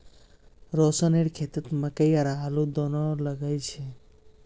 रोशनेर खेतत मकई और आलू दोनो लगइल छ